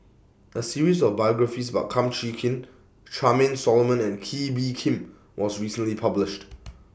A series of biographies about Kum Chee Kin Charmaine Solomon and Kee Bee Khim was recently published